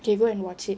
can go and watch it